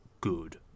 good